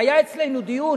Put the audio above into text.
והיה אצלנו דיון,